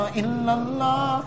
illallah